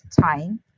time